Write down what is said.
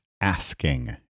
asking